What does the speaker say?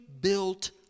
built